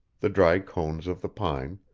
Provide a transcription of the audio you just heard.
the dry cones of the pine,